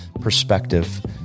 perspective